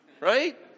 Right